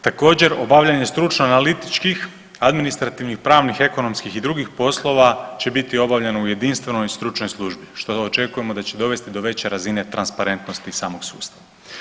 Također obavljanje stručno analitičkih, administrativnih, pravnih i drugih poslova će biti obavljeno u jedinstvenoj i stručnoj službi što očekujemo da će dovesti do veće razine transparentnosti samog sustava.